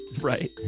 right